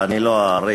ואני לא אאריך,